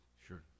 Sure